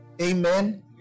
Amen